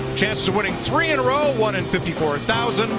chants of winning three in a row, one in fifty four thousand